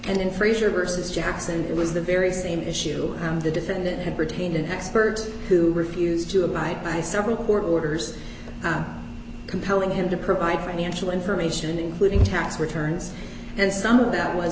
in frasier versus jackson it was the very same issue the defendant had retained an expert who refused to abide by several court orders compelling him to provide financial information including tax returns and some of that was